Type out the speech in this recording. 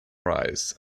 rise